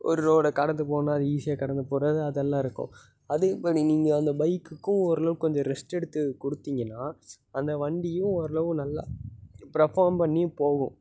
ஒரு ரோடை கடந்து போனால் அது ஈஸியாக கடந்து போகிறது அதெல்லாம் இருக்கும் அதே மாதிரி நீங்கள் அந்த பைக்குக்கும் ஓரளவு கொஞ்சம் ரெஸ்ட் எடுத்து கொடுத்தீங்கன்னா அந்த வண்டியும் ஒரளவு நல்லா ப்ரஃபார்ம் பண்ணி போகும்